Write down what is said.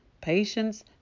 patience